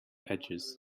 edges